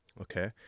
okay